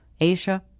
Asia